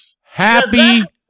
Happy